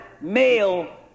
male